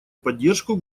поддержку